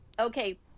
okay